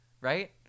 right